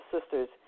sisters